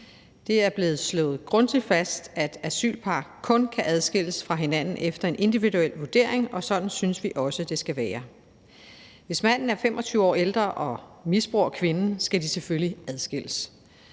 Det er blevet slået grundigt fast, at asylpar kun kan adskilles fra hinanden efter en individuel vurdering, og sådan synes vi også det skal være. Hvis manden er 25 år ældre og misbruger kvinden, skal de selvfølgelig adskilles.